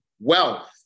wealth